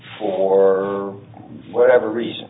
for whatever reason